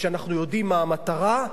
וכשאנחנו יודעים מה המטרה,